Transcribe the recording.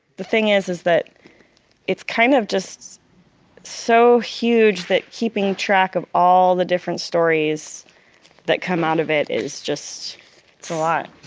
the thing is is that it's kind of just so huge that keeping track of all the different stories that come out of it is just a lot.